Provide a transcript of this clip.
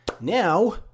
Now